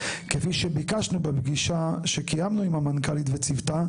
כפי שביקשנו בפגישה שקיימנו עם המנכ"לית וצוותה,